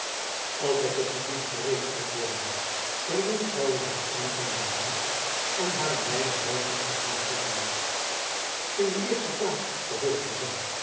altijd tot uw dienst gereed antwoordde hy der jonkvrouwe zijn arm aanbiedende en haar een weinig buiten het gedrang voerende in de eerste plaats vervolgde zy